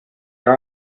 are